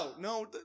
No